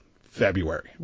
February